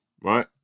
right